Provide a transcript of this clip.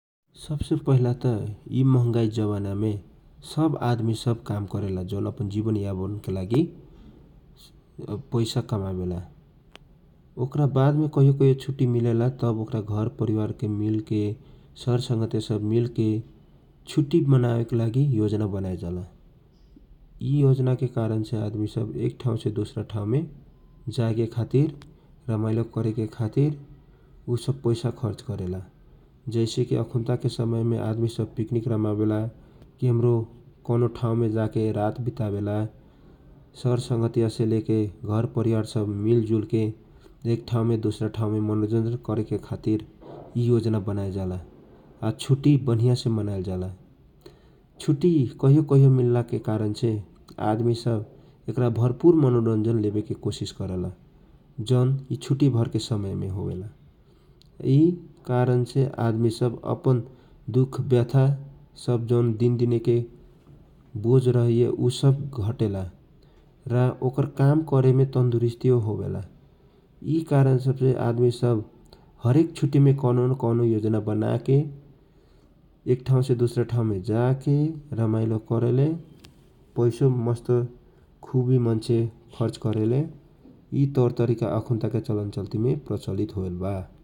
सबसे पहिला त यि महगाई जमाना मे सब आदमी सब काम करेला जोन अपन जिवन यापन के लागि पैसा कमावेला । ओकरावा मे कहियो कहियो छुटी मिलेला त ओकरा घर परिवार के मिलके सरसंङ्गितिया सब मिलकेछुट्टी मनावेके योजना बनावेला । यि योजना के कारण से आदमी सब एक ठाउँ से दोसर ठाउँ मे जाएकेखातिर, रमाइलो करके खातिर ऊ सब पैसा खर्च करेला जैसे कि अखुनता समय मे आदमी सब पिकनिक रमावेला, केनरो कौनो ठाउँमे जाके रात वितावेला । सर सङ्गतिया से ले घर परिवार सब मिलजुल के एक ठाउँ से दूसरा ठाउँमे मनोरजन करे खातिर योजना बनाएल जाएला आ छुट्टी बनिया मनाएल जाला । छुट्टी कहियो कहियो मिल्ला के के कारण से आदमी सब ऐकरा भरपुर मनोरञ्जन लेबेके कोसिस करेला । जौन छुट्टी भरके समय ने होखेला । यि कारण से आदमी सब अपन दुख व्यस्था सब जौन दिन दिनेके बोझ रहेय ऊ सब घटेला । ओकर काम करने तन्दुरीटी हेखेला । यि कारण सब से आदमी सब हरेक छुट्टी मे कौनो न कौनो योजना बनाएके एक ठाउँसे दुसरा ठाउँ जाके रमाइलो करेले, पेसो मस्त खुवी मान्छे खर्च करेला । यि तवर तरीका सब प्रचलित होसुलबा ।